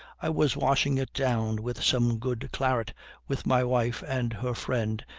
i was washing it down with some good claret with my wife and her friend,